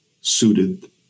suited